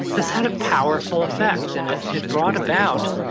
this had a powerful effect and it it brought about,